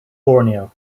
borneo